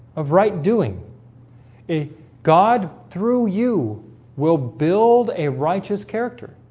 of right doing a god through you will build a righteous character.